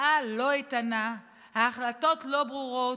ההרתעה לא איתנה, ההחלטות לא ברורות,